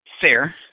Fair